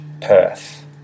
Perth